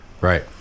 right